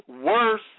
worse